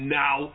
now